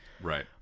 Right